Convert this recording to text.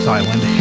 Island